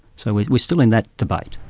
so we're still in that debate.